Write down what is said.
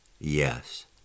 yes